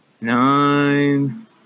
nine